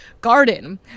garden